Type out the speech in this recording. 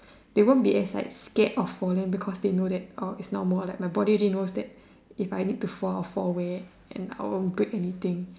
they won't be as like scared of falling because they know that uh it's not more like my body already knows that if I need to fall I fall where and I will break anything